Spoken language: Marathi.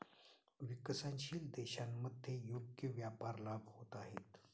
विकसनशील देशांमध्ये योग्य व्यापार लाभ होत आहेत